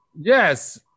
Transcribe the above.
Yes